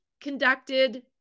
conducted